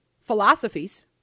philosophies